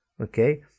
okay